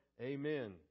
Amen